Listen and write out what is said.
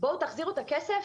בואו תחזירו את הכסף.